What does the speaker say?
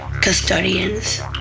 custodians